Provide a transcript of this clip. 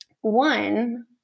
One